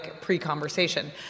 pre-conversation